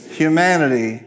humanity